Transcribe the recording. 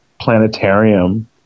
planetarium